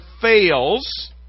fails